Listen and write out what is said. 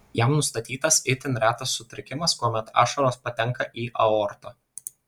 jam nustatytas itin retas sutrikimas kuomet ašaros patenka į aortą